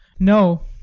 no,